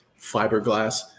fiberglass